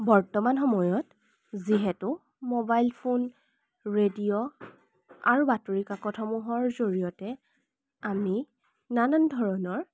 বৰ্তমান সময়ত যিহেতু মোবাইল ফোন ৰেডিঅ' আৰু বাতৰি কাকতসমূহৰ জৰিয়তে আমি নানান ধৰণৰ